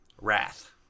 Wrath